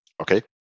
Okay